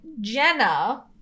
Jenna